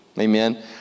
Amen